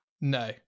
No